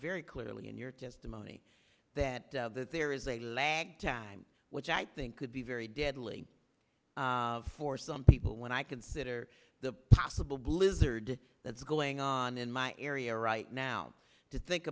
very clearly in your testimony that that there is a lag time which i think could be very deadly for some people when i consider the possible blizzard that's going on in my area right now to think